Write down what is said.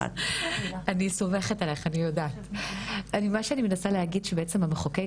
מה שאני בעצם מנסה להגיד זה שהמחוקק